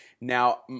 Now